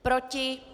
Proti?